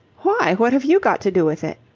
why, what have you got to do with it?